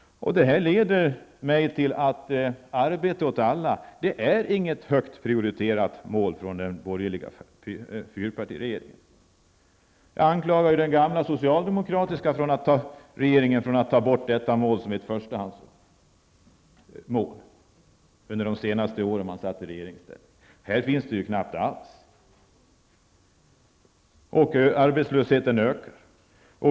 Detta leder mig till slutsatsen att arbete åt alla inte är något högt prioriterat mål för den borgerliga fyrpartiregeringen. Jag anklagade den gamla socialdemokratiska regeringen för att ta bort detta mål som ett förstahandsmål under de senaste åren i regeringsställning. Här finns det knappt alls. Arbetslösheten ökar.